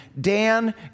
Dan